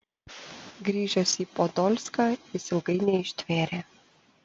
grįžęs į podolską jis ilgai neištvėrė